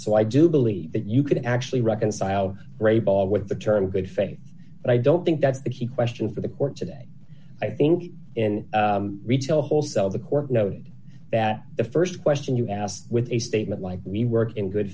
so i do believe that you can actually reconcile for a ball with the term good faith but i don't think that's the key question for the court today i think in retail whole cell the court noted that the st question you asked with a statement like we work in good